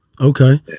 Okay